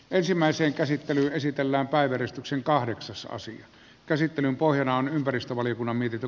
ensimmäiseen käsittelyyn esitellään päiveristyksen kahdeksas osin käsittelyn pohjana on ympäristövaliokunnan mietintö